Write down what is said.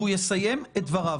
הוא יסיים את דבריו.